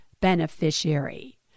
beneficiary